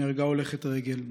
נהרגה הולכת רגל,